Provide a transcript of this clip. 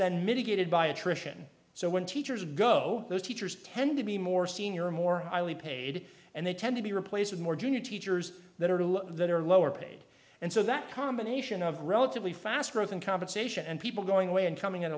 then mitigated by attrition so when teachers go those teachers tend to be more senior more highly paid and they tend to be replaced with more junior teachers that are two that are lower paid and so that combination of relatively fast growth and compensation and people going away and coming